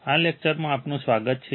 આ લેક્ચરમાં આપનું સ્વાગત છે